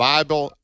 Bible